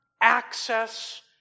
access